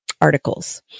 articles